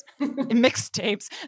mixtapes